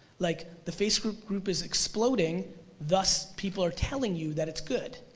like the facebook group is exploding thus people are telling you that it's good.